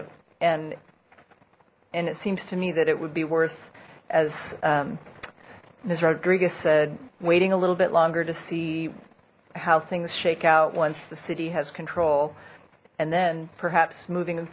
it and and it seems to me that it would be worth as ms rodriguez said waiting a little bit longer to see how things shake out once the city has control and then perhaps moving